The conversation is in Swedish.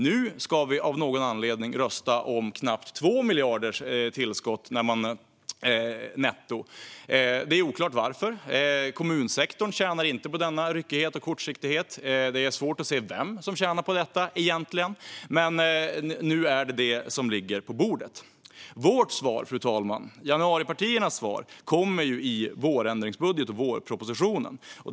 Nu ska vi av någon anledning rösta om ett nettotillskott på knappt 2 miljarder. Det är oklart varför. Kommunsektorn tjänar inte på denna ryckighet och kortsiktighet. Det är svårt att se vem som egentligen tjänar på detta. Men nu är det vad som ligger på bordet. Fru talman! Januaripartiernas svar kommer i vårändringsbudgeten och vårpropositionen.